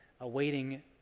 awaiting